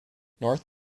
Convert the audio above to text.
north